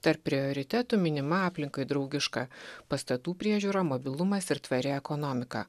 tarp prioritetų minima aplinkai draugiška pastatų priežiūra mobilumas ir tvari ekonomika